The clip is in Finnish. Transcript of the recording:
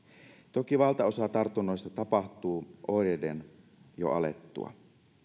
toki valtaosa tartunnoista tapahtuu oireiden jo alettua